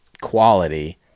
quality